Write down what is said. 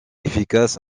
efficace